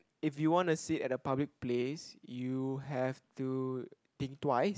if you want to sit at a public place you have to think twice